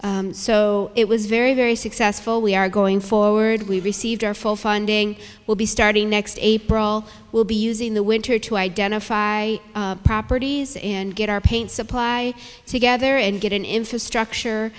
and so it was very very successful we are going forward we received our full funding will be starting next a brawl will be using the winter to identify properties and get our paint supply together and getting infrastructure